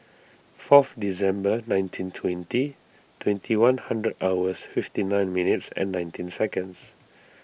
fourth December nineteen twenty twenty one hundred hours fifty nine minutes and nineteen seconds